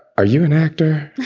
are you an actor?